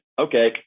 okay